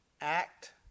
Act